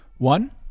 One